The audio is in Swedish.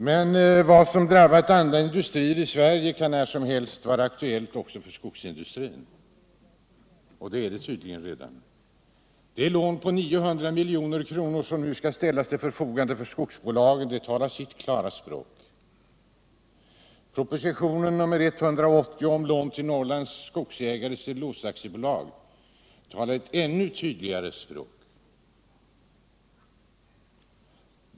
Men vad som drabbat andra industribranscher kan när som helst vara aktuellt även för skogsindustrin. Det lån på 900 milj.kr. som nu skall ställas till förfogande för skogsbolagen talar sitt klara språk. Propositionen 180 om lån till Norrlands Skogsägares Cellulosa AB talar ett ännu tydligare språk.